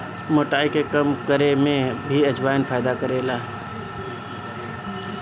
मोटाई के कम करे में भी अजवाईन फायदा करेला